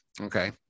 okay